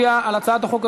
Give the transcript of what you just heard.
מצליח מאוד,